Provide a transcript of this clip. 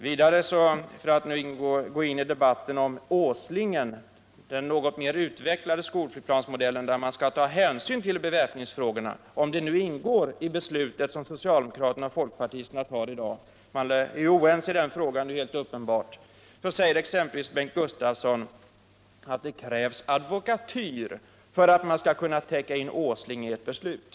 Jag skall så gå in i debatten om Åslingen, den något mer utvecklade skolflygplansmodellen, där man skall ta hänsyn till beväpningsfrågorna, om det nu ingår i beslutet som socialdemokraterna och folkpartisterna fattar i dag — att man är oense i den frågan är helt uppenbart. Bengt Gustavsson säger att det krävs advokatyr för att man skall kunna täcka in Åslingen i ett beslut.